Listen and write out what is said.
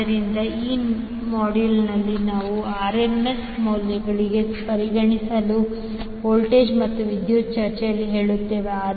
ಆದ್ದರಿಂದ ಈ ಮಾಡ್ಯೂಲ್ನಲ್ಲಿ ನಾವು RMS ಮೌಲ್ಯಗಳಲ್ಲಿ ಪರಿಗಣಿಸುವ ವೋಲ್ಟೇಜ್ ಮತ್ತು ವಿದ್ಯುತ್ ಚರ್ಚೆಯಲ್ಲಿ ಹೇಳುತ್ತೇವೆ